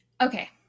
okay